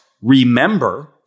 remember